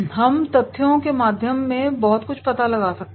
हम तथ्यों के माध्यम से बहुत कुछ पता लगा सकते हैं